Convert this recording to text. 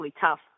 tough